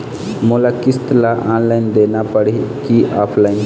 मोला किस्त ला ऑनलाइन देना पड़ही की ऑफलाइन?